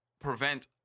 prevent